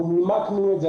אנחנו נימקנו את זה.